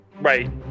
right